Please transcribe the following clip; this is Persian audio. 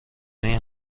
این